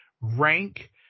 rank